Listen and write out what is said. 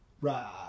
Right